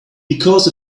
because